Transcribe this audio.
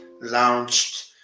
launched